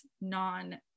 non